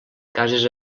cases